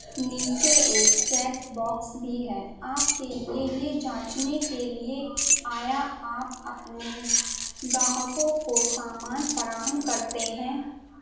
نیچے ایک check box بھی ہے آپ کے لیے یہ جانچنے کے لیے کہ آیا آپ اپنے گاہکوں کو سامان فراہم کرتے ہیں